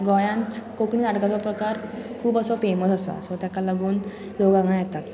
गोंयांत कोंकणी नाटकाचो प्रकार खूब असो फेमस आसा सो ताका लागून लोक हांगा येतात